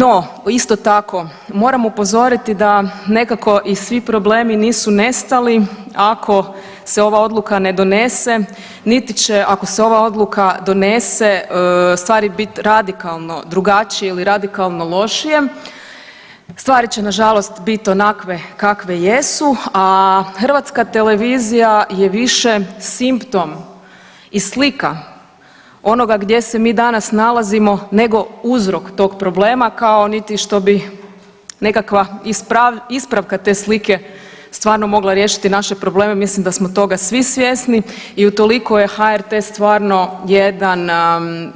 No, isto tako, moram upozoriti da nekako svi problemi nisu nestali ako se ova odluka ne donese, niti će ako se ova odluka donese, stvar bit radikalno drugačije ili radikalno lošije, stvari će nažalost bit onakve kakve jesu, a HRT je više simptom i slika onoga gdje se mi danas nalazimo nego uzrok tog problema kao niti što bi nekakva ispravka te slike stvarno mogla riješiti naše probleme, mislim da smo toga svi svjesni i utoliko je HRT stvarno jedan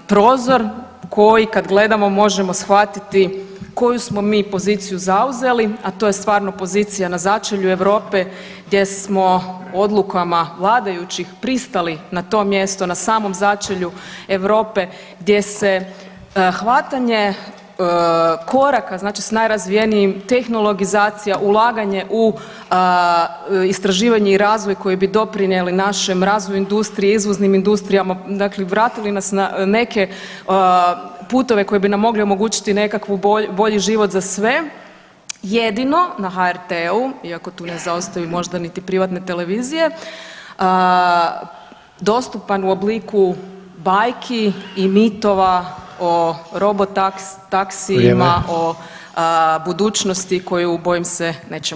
prozor koji kad gledamo, možemo shvatit koju smo mi poziciju zauzeli a to je stvarno pozicija na začelju Europe gdje smo odlukama vladajućih, pristali na to mjesto na samom začelju Europe gdje se hvatanje koraka, znači sa najrazvijenijim, tehnologizacija, ulaganje u istraživanje i razvoj koji bi doprinijeli našem razvoju industrije, izvoznim industrijama, dakle, vratili nas na neke puteve koji bi nam mogli omogućiti nekakav bolji život za sve jedino na HRT-u iako tu ne zaostaju možda niti privatne televizije, dostupan u obliku bajki i mitova o robotaksijima, [[Upadica Sanader: Vrijeme.]] o budućnosti koju bojim se, nećemo tako brzo vidjeti.